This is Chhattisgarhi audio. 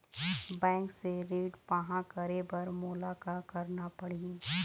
बैंक से ऋण पाहां करे बर मोला का करना पड़ही?